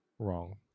Wrong